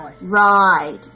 Ride